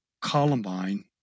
Columbine